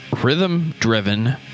rhythm-driven